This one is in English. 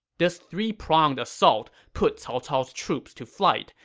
this three-pronged assault put cao cao's troops to flight,